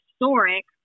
historic